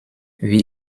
wie